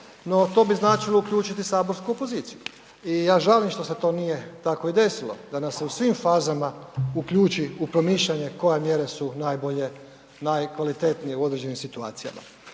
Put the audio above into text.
No to bi značilo uključiti saborsku opoziciju i ja žalim što se to nije tako i desilo, da nas se u svim fazama uključi u promišljanje koje mjere su najbolje, najkvalitetnije u određenim situacijama.